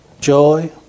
joy